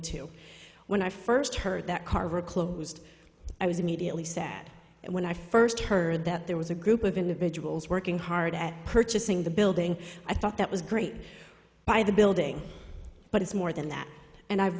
to when i first heard that carver closed i was immediately sad and when i first heard that there was a group of individuals working hard at purchasing the building i thought that was great by the building but it's more than that and i've